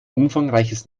umfangreiches